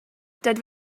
dydw